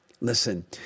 Listen